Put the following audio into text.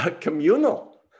communal